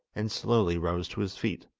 and slowly rose to his feet.